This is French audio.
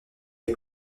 les